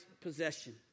possession